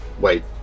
Wait